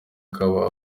akaba